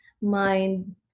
mind